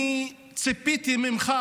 אני ציפיתי ממך